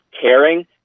caring